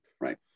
Right